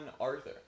Arthur